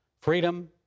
Freedom